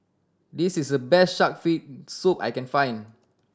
this is the best shark fin soup I can find